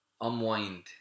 unwind